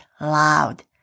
loud